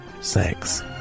sex